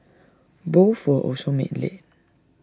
both were also made late